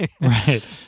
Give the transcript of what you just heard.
Right